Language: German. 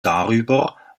darüber